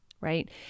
Right